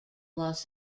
los